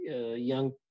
young